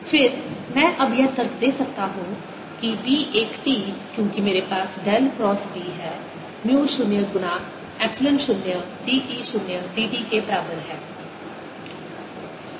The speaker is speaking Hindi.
फिर मैं अब यह तर्क दे सकता हूं कि B 1 t क्योंकि मेरे पास डेल क्रॉस B है म्यू 0 गुना epsilon 0 d E 0 d t के बराबर है